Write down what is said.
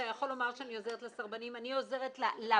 אני עוזרת למתרשלים,